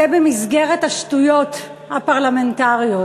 במסגרת השטויות הפרלמנטריות.